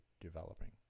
developing